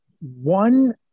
one